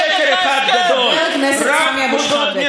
אפשר לעשות שלום עם יהודה ושומרון,